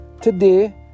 today